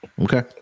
Okay